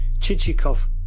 Chichikov